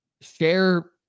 share